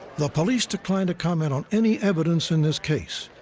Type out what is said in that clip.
the police declined to comment on any evidence in this case,